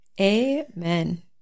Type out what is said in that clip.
Amen